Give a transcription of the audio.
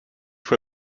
for